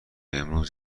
امروز